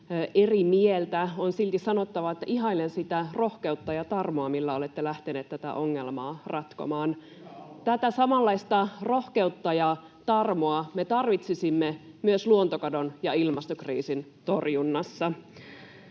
eri mieltä, on silti sanottava, että ihailen sitä rohkeutta ja tarmoa, millä olette lähteneet tätä ongelmaa ratkomaan. [Ben Zyskowicz: Hyvä aloitus!] Tätä samanlaista rohkeutta ja tarmoa me tarvitsisimme myös luontokadon ja ilmastokriisin torjunnassa.